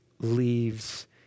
leaves